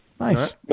Nice